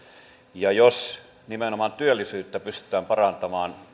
ja jos nimenomaan työllisyyttä pystytään parantamaan